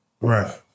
Right